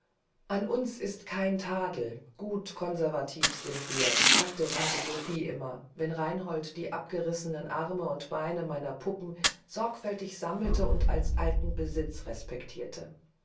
an uns ist kein tadel gut konservativ sind wir sagte tante sophie immer wenn reinhold die abgerissenen arme und beine meiner puppen sorgfältig sammelte und als alten besitz respektierte